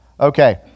Okay